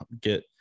get